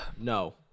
No